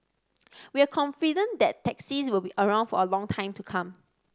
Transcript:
we are confident that taxis will be around for a long time to come